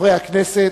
חברי הכנסת,